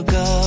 go